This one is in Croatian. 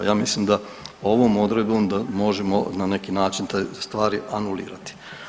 Ja mislim da ovom odredbom, da možemo na neki način te stvari anulirati.